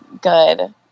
good